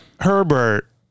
Herbert